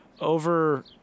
over